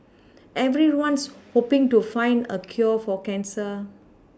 everyone's hoPing to find a cure for cancer